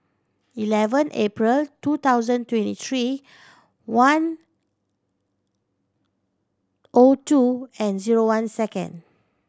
eleven April two thousand twenty three one O two and zero one second